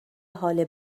حال